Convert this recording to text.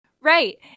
Right